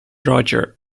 roger